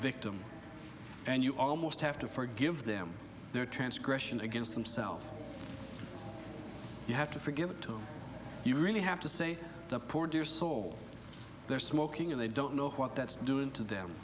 victim and you almost have to forgive them their transgression against themself you have to forgive you really have to say the poor dear soul they're smoking and they don't know what that's doing to them